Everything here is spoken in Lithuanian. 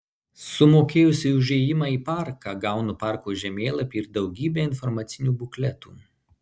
sumokėjusi už įėjimą į parką gaunu parko žemėlapį ir daugybę informacinių bukletų